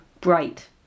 bright